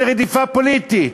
זו רדיפה פוליטית,